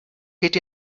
geht